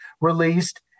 released